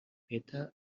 feta